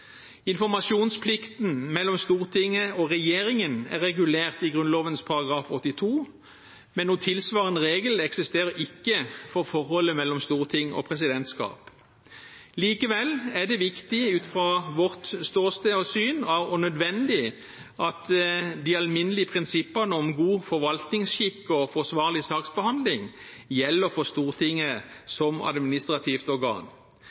Informasjonsplikten mellom Stortinget og regjeringen er regulert i Grunnloven § 82, men noen tilsvarende regel eksisterer ikke for forholdet mellom storting og presidentskap. Likevel er det viktig og nødvendig ut fra vårt ståsted og syn at de alminnelige prinsippene for god forvaltningsskikk og forsvarlig saksbehandling gjelder for Stortinget som administrativt organ.